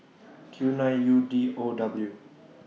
Q nine U D O W